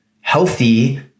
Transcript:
healthy